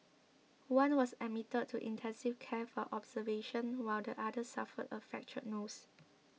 one was admitted to intensive care for observation while the other suffered a fractured nose